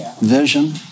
Vision